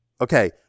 Okay